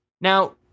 Now